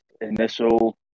initial